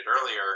earlier